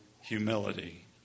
humility